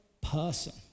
person